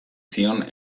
zion